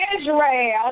Israel